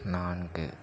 நான்கு